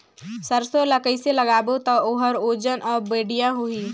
सरसो ला कइसे लगाबो ता ओकर ओजन हर बेडिया होही?